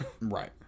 Right